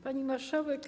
Pani Marszałek!